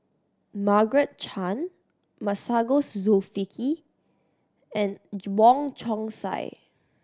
Margaret Chan Masagos Zulkifli and Wong Chong Sai